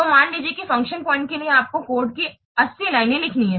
तो मान लीजिए कि फंक्शन पॉइंट के लिए आपको कोड की 80 लाइनें लिखनी हैं